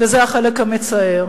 וזה החלק המצער.